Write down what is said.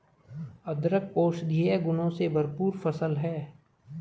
अदरक औषधीय गुणों से भरपूर फसल है